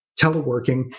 teleworking